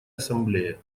ассамблее